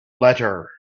letter